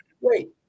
wait